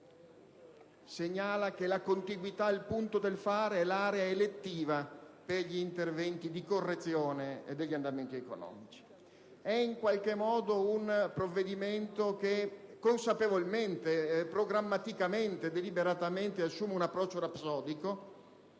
pragmatico, segnala che la contiguità al punto del fare è l'area elettiva per gli interventi di correzione degli andamenti economici. È in qualche modo un provvedimento che consapevolmente, programmaticamente, deliberatamente assume un approccio rapsodico,